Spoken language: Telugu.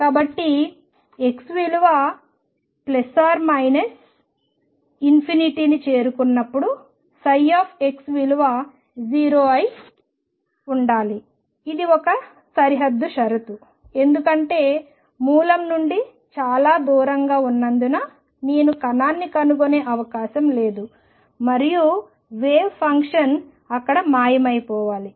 కాబట్టి ψ x → 0 అయి ఉండాలి ఇది ఒక సరిహద్దు షరతు ఎందుకంటే మూలంఆరిజిన్ నుండి చాలా దూరంగా ఉన్నందున నేను కణాన్ని కనుగొనే అవకాశం లేదు మరియు వేవ్ ఫంక్షన్ అక్కడ మాయమైపోవాలి